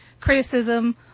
criticism